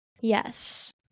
Yes